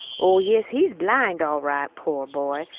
oh, yes, he's blind, all right, poor boy!